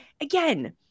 again